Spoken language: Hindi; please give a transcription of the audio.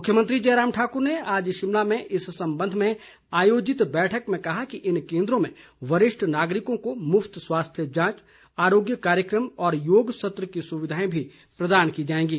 मुख्यमंत्री जयराम ठाकुर ने आज शिमला में इस संबंध में आयोजित बैठक में कहा कि इन केन्द्रों में वरिष्ठ नागरिकों को मुफ्त स्वास्थ्य जांच आरोग्य कार्यक्रम और योगा सत्र की सुविधाएं भी प्रदान की जाएंगी